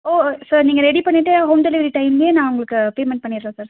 ஓ sir நீங்கள் ready பண்ணிட்டு home delivery டைம்லயே நான் உங்களுக்கு பேமெண்ட் பண்ணிடுறேன் சார்